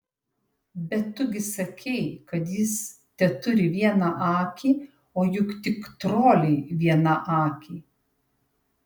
bet tu gi sakei kad jis teturi vieną akį o juk tik troliai vienakiai